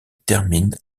termine